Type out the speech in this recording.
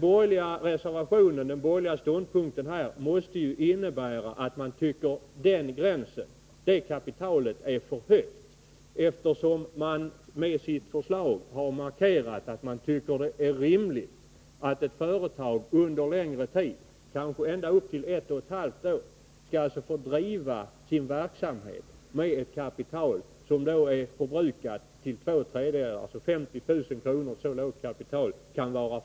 Den borgerliga ståndpunkten måste innebära att man tycker att den gränsen är för högt satt, eftersom man med sitt förslag har markerat att man tycker det är rimligt att ett företag under längre tid, kanske ända upp till 18 månader, skall få driva sin verksamhet med ett så lågt aktiekapital som 50 000 kr.